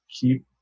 keep